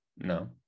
No